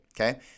okay